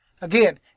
Again